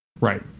Right